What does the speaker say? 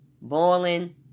boiling